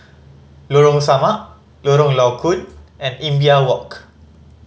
Lorong Samak Lorong Low Koon and Imbiah Walk